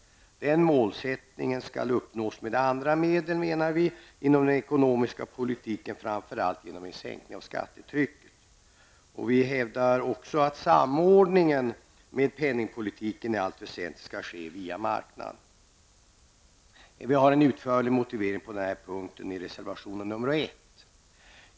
Den målsättningen menar vi skall uppnås med andra medel inom den ekonomiska politiken, framför allt genom en sänkning av skattetrycket. Vi moderater hävdar också att samordningen med penningpolitiken i allt väsentligt skall ske via marknaden. Vi har en utförlig motivering på denna punkt i reservation nr 1.